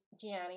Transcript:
Gianni